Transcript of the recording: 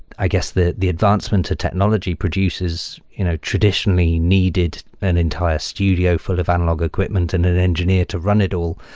i guess the the advancement of technology produces you know traditionally needed an entire studio full of analog equipment and an engineer to run it'll.